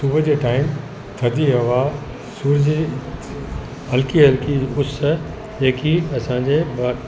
सुबुह जे टाइम थधी हवा सूरज जी हल्की हल्की उस जेकी असांजे बा